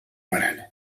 barana